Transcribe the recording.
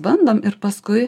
bandom ir paskui